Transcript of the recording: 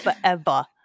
forever